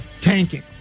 tanking